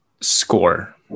Score